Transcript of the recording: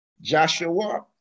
Joshua